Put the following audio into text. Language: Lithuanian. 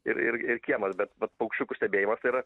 ir ir ir kiemas bet vat paukščiukų stebėjimas tai yra